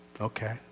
Okay